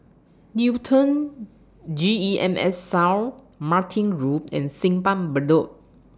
Newton G E M S South Martin Road and Simpang Bedok